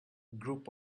group